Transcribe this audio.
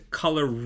color